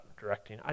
directing